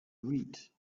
read